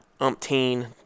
umpteen